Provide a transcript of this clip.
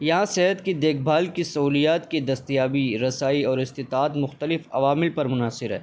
یہاں صحت کی دیکھ بھال کی سہولیات کی دستیابی رسائی اور استطاعت مختلف عوامل پر منحصر ہے